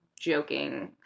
joking